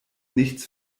nichts